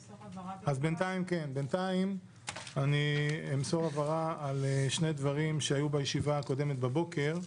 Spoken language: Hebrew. בינתיים אני אמסור הבהרה על שני דברים שהיו בישיבה הקודמת בבוקר.